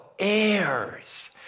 Heirs